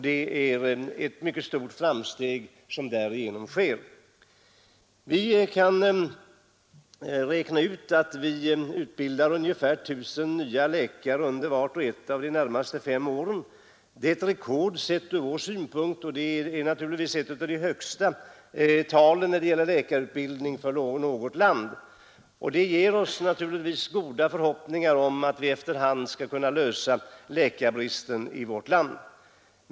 Det är ett mycket stort framsteg som därigenom görs. Vi kan räkna ut att vi utbildar ungefär 1 000 nya läkare under vart och ett av de närmaste fem åren. Det är ett rekord, sett ur vår synpunkt, och det är naturligtvis ett av de högsta talen när det gäller läkarutbildning för något land. Detta ger oss givetvis goda förhoppningar om att vi efter hand skall kunna avhjälpa läkarbristen i vårt land.